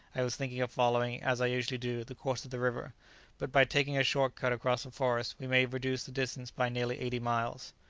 i was thinking of following, as i usually do, the course of the river but by taking a short cut across the forest, we may reduce the distance by nearly eighty miles.